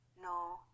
No